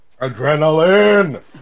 Adrenaline